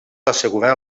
assegurar